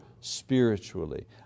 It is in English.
spiritually